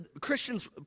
Christians